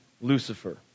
Lucifer